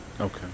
Okay